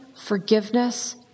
forgiveness